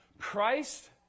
Christ